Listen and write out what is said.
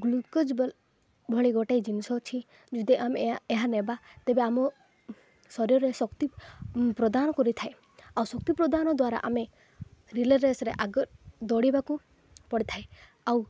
glucose ଭଳି ଗୋଟେ ଜିନିଷ ଅଛି ଯଦି ଆମେ ଏହା ନେବା ତେବେ ଆମ ଶରୀରରେ ଶକ୍ତି ପ୍ରଦାନ କରିଥାଏ ଆଉ ଶକ୍ତି ପ୍ରଦାନ ଦ୍ୱାରା ଆମେ ରିଲେ ରେସ୍ରେ ଆଗ ଦୌଡ଼ିବାକୁ ପଡ଼ିଥାଏ ଆଉ